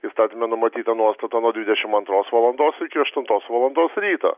įstatyme numatyta nuostata nuo dvidešim antros valandos iki aštuntos valandos ryto